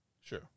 Sure